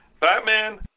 Batman